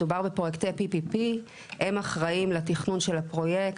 מדובר בפרויקטי PPP. הם אחראים לתכנון של הפרויקט,